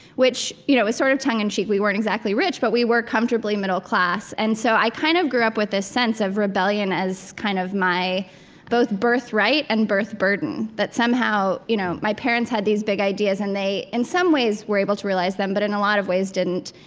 which you know is sort of tongue in and cheek. we weren't exactly rich, but we were comfortably middle class. and so i kind of grew up with this sense of rebellion as kind of my both birthright and birth burden that somehow you know my parents had these big ideas, and they, in some ways, were able to realize them, but in a lot of ways, didn't.